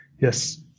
Yes